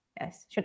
yes